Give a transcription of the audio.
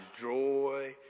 joy